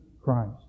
Christ